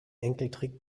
enkeltrick